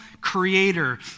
creator